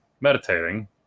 meditating